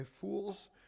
fool's